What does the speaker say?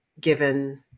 given